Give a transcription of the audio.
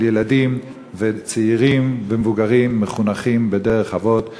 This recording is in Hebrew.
של ילדים וצעירים ומבוגרים מחונכים בדרך אבות,